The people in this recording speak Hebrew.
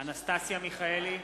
אנסטסיה מיכאלי,